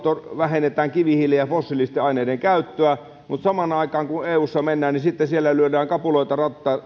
vähennetään kivihiilen ja fossiilisten aineiden käyttöä mutta samaan aikaan eussa lyödään kapuloita